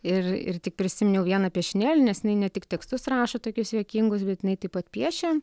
ir ir tik prisiminiau vieną piešinėlį nes jinai ne tik tekstus rašo tokius juokingus bet jinai taip pat piešia